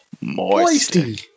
Moisty